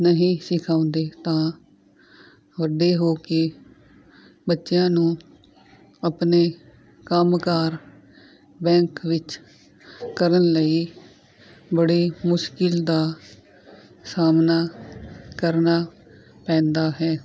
ਨਹੀਂ ਸਿਖਾਉਂਦੇ ਤਾਂ ਵੱਡੇ ਹੋ ਕੇ ਬੱਚਿਆਂ ਨੂੰ ਆਪਣੇ ਕੰਮਕਾਰ ਬੈਂਕ ਵਿੱਚ ਕਰਨ ਲਈ ਬੜੀ ਮੁਸ਼ਕਲ ਦਾ ਸਾਹਮਣਾ ਕਰਨਾ ਪੈਂਦਾ ਹੈ